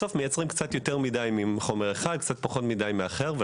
בסוף מייצרים קצת יותר מדיי מחומר אחד וקצת פחות מדיי מאחר.